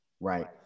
Right